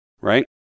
right